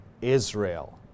Israel